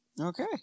Okay